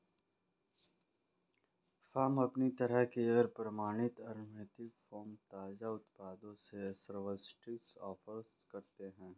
farm अपनी तरह के और प्रमाणित ऑर्गेनिक फ़ार्म ताज़ा उत्पादों में सर्वश्रेष्ठ ऑफ़र करते है